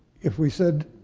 if we said,